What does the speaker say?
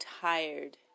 tired